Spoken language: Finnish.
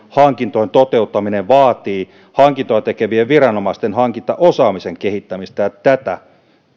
hankintojen toteuttaminen vaatii hankintoja tekevien viranomaisten hankintaosaamisen kehittämistä ja